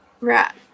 right